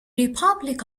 republic